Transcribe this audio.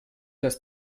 das